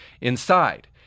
inside